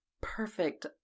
perfect